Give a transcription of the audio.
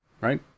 right